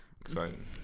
exciting